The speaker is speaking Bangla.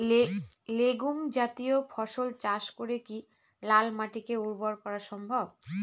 লেগুম জাতীয় ফসল চাষ করে কি লাল মাটিকে উর্বর করা সম্ভব?